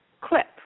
clip